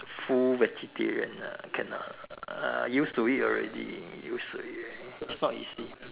full vegetarian ah cannot used to it already used to it already not easy